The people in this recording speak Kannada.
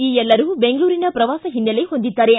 ಈ ಎಲ್ಲರೂ ಬೆಂಗಳೂರಿನ ಪ್ರವಾಸ ಓನ್ನೆಲೆ ಹೊಂದಿದ್ದಾರೆ